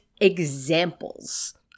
examples